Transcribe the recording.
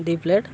ଦୁଇ ପ୍ଲେଟ୍